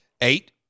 Eight